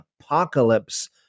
Apocalypse